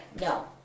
no